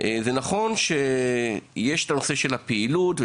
זה נכון שיש את נושא הפעילות הגופנית